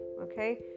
okay